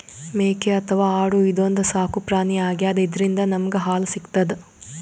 ಮೇಕೆ ಅಥವಾ ಆಡು ಇದೊಂದ್ ಸಾಕುಪ್ರಾಣಿ ಆಗ್ಯಾದ ಇದ್ರಿಂದ್ ನಮ್ಗ್ ಹಾಲ್ ಸಿಗ್ತದ್